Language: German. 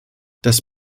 das